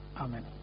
Amen